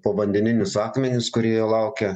povandeninius akmenis kurie jo laukia